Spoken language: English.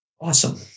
Awesome